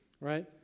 right